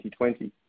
2020